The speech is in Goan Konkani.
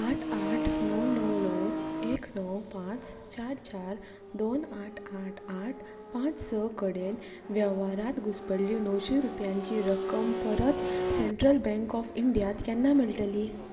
आठ आठ णव णव णव एक णव पांच चार चार दोन आठ आठ आठ पांच स कडेन वेव्हारांत घुसपल्ली णवशी रुपयांची रक्कम परत सेंट्रल बँक ऑफ इंडियांत केन्ना मेळटली